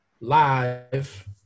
live